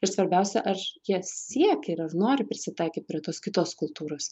ir svarbiausia ar jie siekia ir ar nori prisitaikyt prie tos kitos kultūros